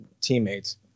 teammates –